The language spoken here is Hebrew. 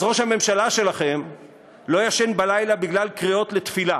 אז ראש הממשלה שלכם לא ישן בלילה בגלל קריאות לתפילה,